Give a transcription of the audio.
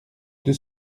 deux